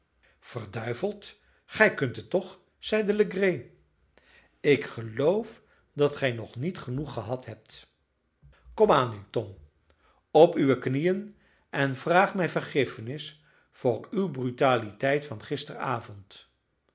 verduiveld gij kunt het toch zeide legree ik geloof dat gij nog niet genoeg gehad hebt komaan nu tom op uwe knieën en vraag mij vergiffenis voor uw brutaliteit van gisteravond